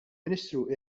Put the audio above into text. ministru